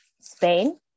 Spain